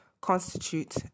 constitute